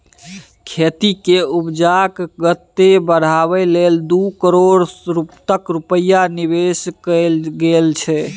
खेती केर उपजाक गति बढ़ाबै लेल दू करोड़ तक रूपैया निबेश कएल गेल छै